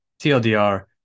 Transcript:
tldr